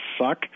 suck